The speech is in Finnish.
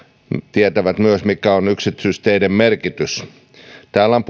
tietävät myös mikä on yksityisteiden merkitys täällä on